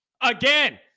Again